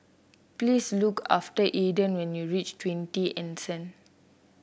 please look after Alden when you reach Twenty Anson